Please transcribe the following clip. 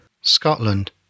Scotland